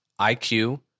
IQ